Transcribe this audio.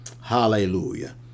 hallelujah